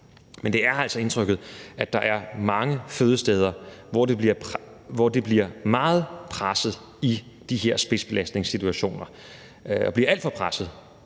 men det er altså indtrykket, at der er mange fødesteder, hvor det bliver meget presset og alt for presset i de her spidsbelastningssituationer, og det går jo så